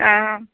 অ